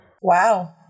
Wow